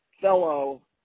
fellow